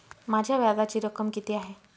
माझ्या व्याजाची रक्कम किती आहे?